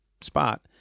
spot